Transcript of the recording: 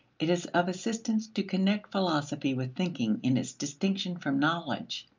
it is of assistance to connect philosophy with thinking in its distinction from knowledge.